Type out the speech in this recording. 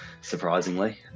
surprisingly